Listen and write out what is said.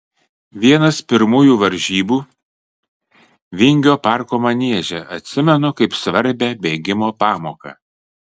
vienas pirmųjų varžybų vingio parko manieže atsimenu kaip svarbią bėgimo pamoką